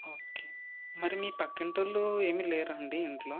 okay మరి మీ పక్కింటి వాళ్ళు ఏమీ లేరా అండి ఇంట్లో